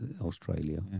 Australia